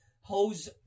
hose